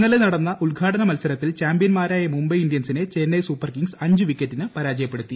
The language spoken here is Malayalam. ഇന്നലെ നടന്ന ഉദ്ഘാടന് മത്സരത്തിൽ ചാമ്പ്യൻമാരായ മുംബൈ ഇന്ത്യൻസിനെ ചെന്നൈ സൂപ്പർ കിംഗ്സ് അഞ്ച് വിക്കറ്റിന് പരാജയപ്പെടുത്തി